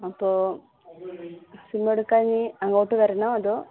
അപ്പോൾ സിമ്മ് എടുക്കാൻ അങ്ങോട്ട് വരണോ അതോ